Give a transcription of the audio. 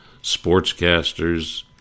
sportscasters